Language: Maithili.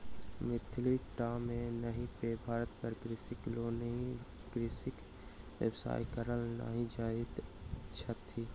मिथिले टा मे नहि पूरे भारत मे कृषक लोकनि कृषिक व्यवसाय करय नहि जानैत छथि